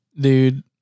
Dude